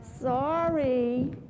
Sorry